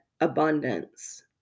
abundance